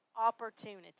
opportunity